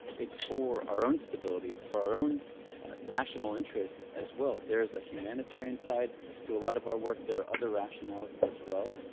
it's for our own stability. it's for our own national interest as well. there is a humanitarian side to a lot of our work. there are other rationales as well,